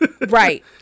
Right